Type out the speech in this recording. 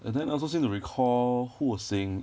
and then I also seem to recall who are saying